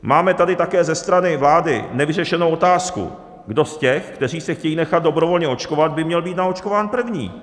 Máme tady také ze strany vlády nevyřešenou otázku, kdo z těch, kteří se chtějí nechat dobrovolně očkovat, by měl být naočkován první.